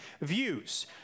views